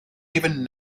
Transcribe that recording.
even